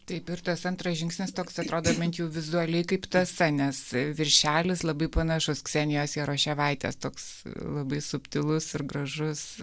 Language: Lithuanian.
taip ir tas antras žingsnis toks atrodo bent jau vizualiai kaip tąsa nes viršelis labai panašus ksenijos jaroševaitės toks labai subtilus ir gražus